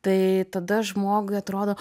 tai tada žmogui atrodo